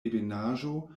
ebenaĵo